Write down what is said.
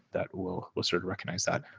that we'll we'll sort of recognize that.